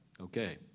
Okay